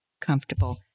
comfortable